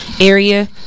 area